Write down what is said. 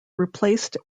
replaced